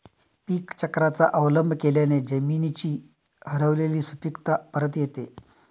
पीकचक्राचा अवलंब केल्याने जमिनीची हरवलेली सुपीकता परत येते